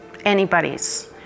anybody's